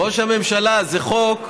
ראש הממשלה, זה חוק,